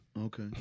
Okay